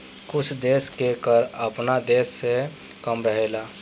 कुछ देश के कर आपना देश से कम रहेला